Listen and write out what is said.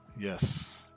Yes